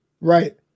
Right